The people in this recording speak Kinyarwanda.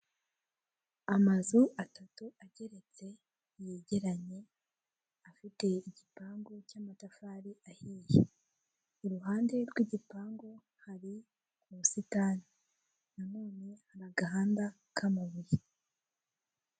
Amazu atatu ageretse, yegeranye, afite igipangu cy'amatafari ahiye. Iruhande rw'igipangu hari ubusitani. Na none hari agahanda k'amabuye.